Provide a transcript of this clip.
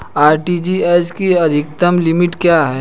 RTGS की अधिकतम limit क्या है?